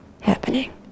happening